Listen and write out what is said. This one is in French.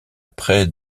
près